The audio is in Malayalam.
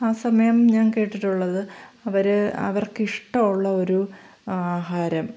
ആ സമയം ഞാൻ കേട്ടിട്ടുള്ളത് അവർ അവർക്കിഷ്ടമുള്ള ഒരു ആഹാരം